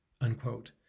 unquote